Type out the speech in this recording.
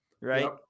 right